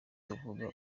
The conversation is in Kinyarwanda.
tuvuga